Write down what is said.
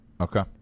Okay